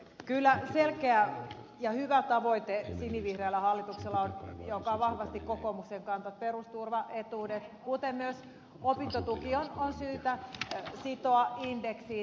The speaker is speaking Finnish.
kyllä sinivihreällä hallituksella on selkeä ja hyvä tavoite joka on vahvasti kokoomuksen kanta että perusturvaetuudet kuten myös opintotuki on syytä sitoa indeksiin